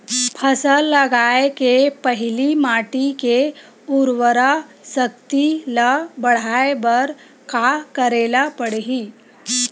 फसल लगाय के पहिली माटी के उरवरा शक्ति ल बढ़ाय बर का करेला पढ़ही?